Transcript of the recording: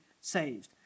saved